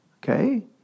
Okay